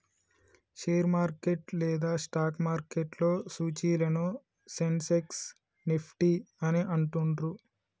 share market లేదా stock మార్కెట్లో సూచీలను సెన్సెక్స్, నిఫ్టీ అని అంటుండ్రు